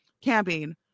camping